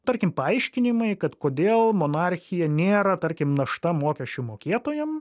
tarkim paaiškinimai kad kodėl monarchija nėra tarkim našta mokesčių mokėtojam